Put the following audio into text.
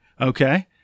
Okay